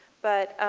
but